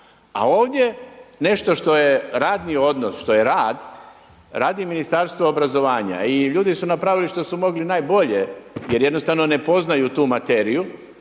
A ovdje nešto što je radni odnos, što je rad, radi Ministarstvo obrazovanja i ljudi su napravili što su mogli najbolje jer jednostavno ne poznaju tu materiju